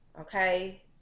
Okay